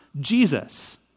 Jesus